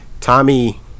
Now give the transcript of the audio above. Tommy